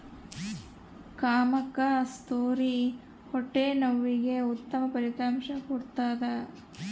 ಕಾಮಕಸ್ತೂರಿ ಹೊಟ್ಟೆ ನೋವಿಗೆ ಉತ್ತಮ ಫಲಿತಾಂಶ ಕೊಡ್ತಾದ